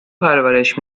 پرورش